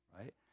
right